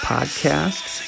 Podcasts